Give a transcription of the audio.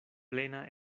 plena